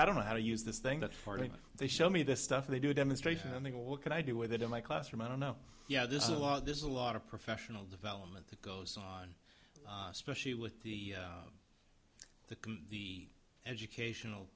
i don't know how to use this thing that they show me this stuff they do a demonstration and they go what can i do with it in my classroom i don't know yeah this is a lot there's a lot of professional development that goes on specially with the the the educational